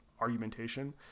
argumentation